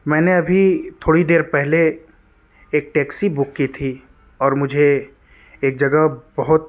میں نے ابھی تھوڑی دیر پہلے ایک ٹیکسی بک کی تھی اور مجھے ایک جگہ بہت